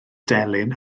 delyn